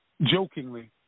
jokingly